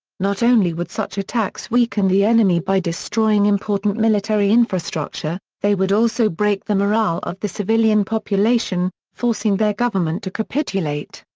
not only would such attacks weaken the enemy by destroying important military infrastructure, they would also break the morale of the civilian population, forcing their government to capitulate.